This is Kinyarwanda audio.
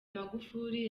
magufuli